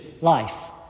life